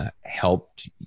helped